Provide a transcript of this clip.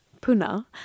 Puna